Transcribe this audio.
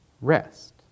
rest